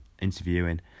interviewing